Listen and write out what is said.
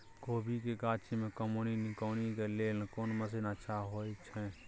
कोबी के गाछी में कमोनी निकौनी के लेल कोन मसीन अच्छा होय छै?